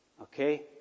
Okay